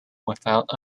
without